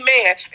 Amen